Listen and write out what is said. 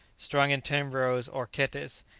strung in ten rows, or khetes,